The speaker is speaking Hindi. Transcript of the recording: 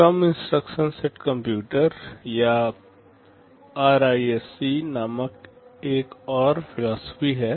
कम इंस्ट्रक्शन सेट कंप्यूटर या आरआईएससी नामक एक और फिलॉसफी है